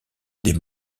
des